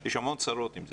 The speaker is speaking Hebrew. יש המון צרות עם זה.